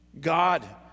God